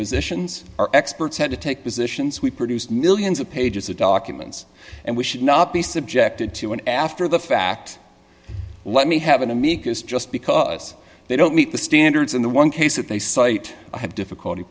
positions our experts had to take positions we produced millions of pages of documents and we should not be subjected to an after the fact let me have an amicus just because they don't meet the standards in the one case that they cite i have difficulty